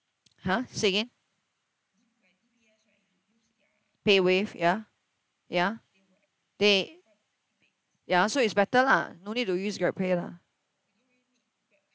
!huh! say again payWave ya ya they ya so it's better lah no need to use GrabPay lah